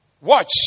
Watch